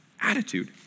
attitude